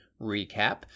recap